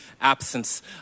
absence